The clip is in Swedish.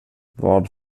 vad